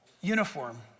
uniform